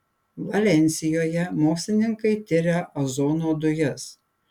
valensijoje mokslininkai tiria ozono dujas